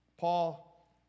Paul